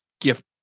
gift